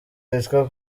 witwa